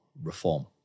reform